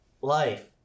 life